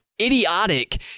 idiotic